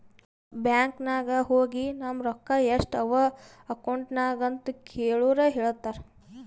bank ನಾಗ್ ಹೋಗಿ ನಮ್ ರೊಕ್ಕಾ ಎಸ್ಟ್ ಅವಾ ಅಕೌಂಟ್ನಾಗ್ ಅಂತ್ ಕೇಳುರ್ ಹೇಳ್ತಾರ್